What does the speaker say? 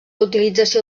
utilització